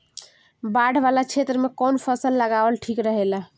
बाढ़ वाला क्षेत्र में कउन फसल लगावल ठिक रहेला?